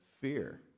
fear